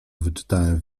wyczytałem